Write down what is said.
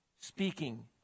speaking